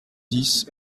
dix